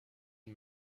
une